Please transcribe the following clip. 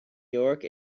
york